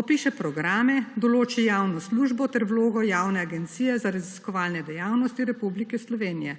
opiše programe, določi javno službo ter vlogo Javnega agencije za raziskovalne dejavnosti Republike Slovenije.